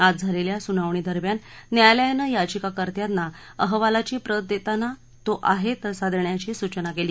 आज झालेल्या सुनावणीदरम्यान न्यायालयानं याचिकाकर्त्यांना अहवालाची प्रत देताना तो आहे तसा देण्याची सूचना केली